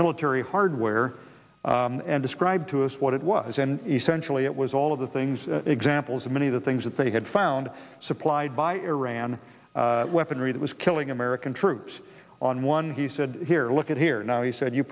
military hardware and describe to us what it was and essentially it was all of the things examples of many of the things that they had found supplied by iran weaponry that was killing american troops on one he said here look at here now he said you